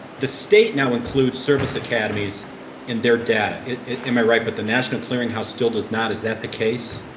the state now includes service academies and their data in my right, but the national clearinghouse still does not. is that the case?